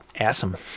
awesome